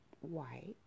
white